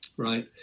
Right